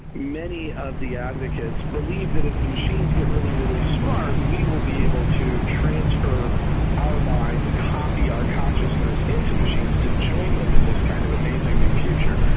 many of the advocates believe that as the machines get really, really smart, we will be able to transfer our minds, copy our consciousness into machines to join them in this kind of amazing new future,